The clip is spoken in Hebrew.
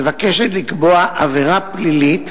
מבקשת לקבוע עבירה פלילית